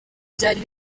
byari